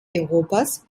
europas